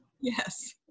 yes